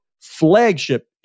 flagship